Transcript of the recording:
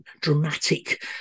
dramatic